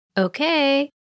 Okay